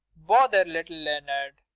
bother little leonard!